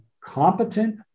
competent